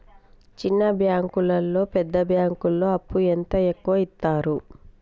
చిన్న బ్యాంకులలో పెద్ద బ్యాంకులో అప్పు ఎంత ఎక్కువ యిత్తరు?